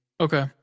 Okay